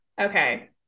okay